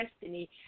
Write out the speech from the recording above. destiny